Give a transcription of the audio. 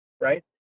right